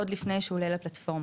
עוד לפני שהוא עולה לפלטפורמה.